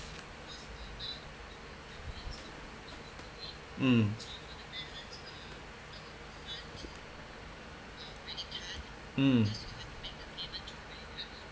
mm mm